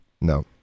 No